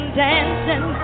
dancing